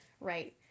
right